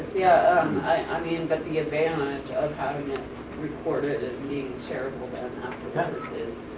yeah i mean, but the advantage of having it recorded and being sharable then kind of